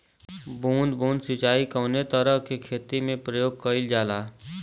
बूंद बूंद सिंचाई कवने तरह के खेती में प्रयोग कइलजाला?